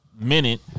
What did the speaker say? minute